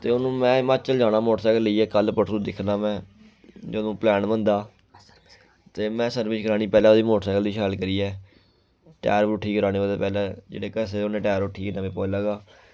ते हूनू में हिमाचल जाना मोटरसैकल लेइयै कल परसूं दिक्खना में जदूं प्लैन बनदा ते में सर्विस करानी पैह्लें ओह्दी मोटरसैकल दी शैल करियै टैर पुट्ठे करानी ओह्दे पैह्लें जेह्ड़े घसे दे उनें उट्ठियै नमें पोआई लैगा